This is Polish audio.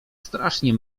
strasznie